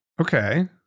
Okay